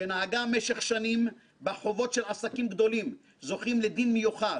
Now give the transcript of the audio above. שנהגה משך שנים בה חובות של עסקים גדולים זוכים לדין מיוחד